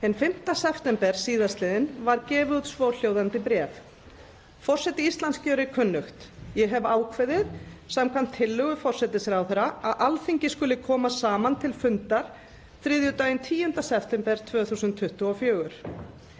Hinn 5. september síðastliðinn var gefið út svofellt bréf: „Forseti Íslands gjörir kunnugt: Ég hefi ákveðið, samkvæmt tillögu forsætisráðherra, að Alþingi skuli koma saman til fundar þriðjudaginn 10. september 2024.